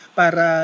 para